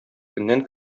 көннән